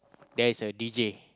there is a D_J